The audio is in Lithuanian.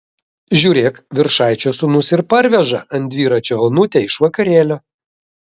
žiūrėk viršaičio sūnus ir parveža ant dviračio onutę iš vakarėlio